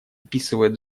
описывает